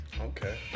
Okay